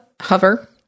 Hover